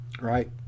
right